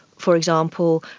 for example,